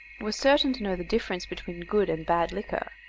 was certain to know the difference between good and bad liquor,